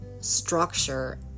structure